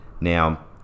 now